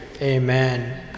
Amen